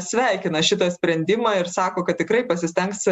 sveikina šitą sprendimą ir sako kad tikrai pasistengs